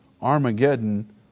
Armageddon